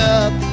up